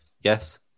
Yes